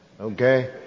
okay